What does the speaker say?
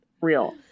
real